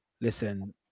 listen